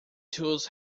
tools